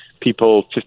people